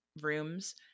rooms